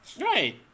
Right